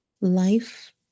life